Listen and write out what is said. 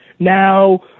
Now